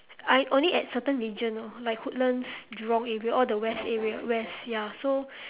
I only at certain regions orh like woodlands jurong area all the west area west ya so